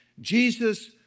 Jesus